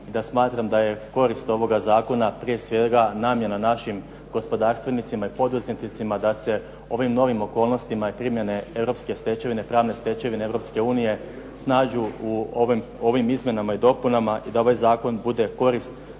i da smatram da je korist ovog zakona, prije svega namjena našim gospodarstvenicima i poduzetnicima da se u ovim novim okolnostima i primjene europske pravne stečevine Europske unije snađu u ovim izmjenama i dopunama i da ovaj zakon bude korist